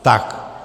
Tak.